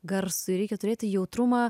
garsui reikia turėti jautrumą